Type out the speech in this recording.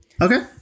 Okay